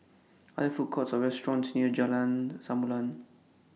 Are There Food Courts Or restaurants near Jalan Samulun